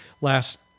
last